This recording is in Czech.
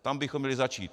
Tam bychom měli začít.